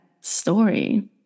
story